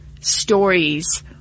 stories